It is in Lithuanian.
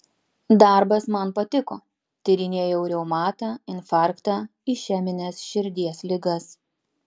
darbas man patiko tyrinėjau reumatą infarktą išemines širdies ligas